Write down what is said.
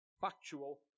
factual